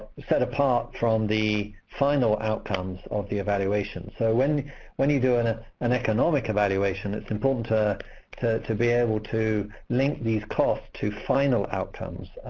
set apart from the final outcomes of the evaluation. so when when you do an ah an economic evaluation, it's important to to be able to link these costs to final outcomes,